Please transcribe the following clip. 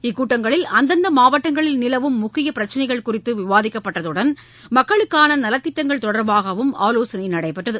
இக்கூட்டங்களில் அந்தந்த மாவட்டங்களில் நிலவும் முக்கிய பிரச்சினைகள் குறித்து விவாதிக்கப்பட்டதுடன் மக்களுக்கான நலத்திட்டங்கள் தொடர்பாகவும் ஆலோசனை நடைபெற்றது